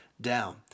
down